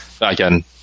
Again